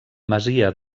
masia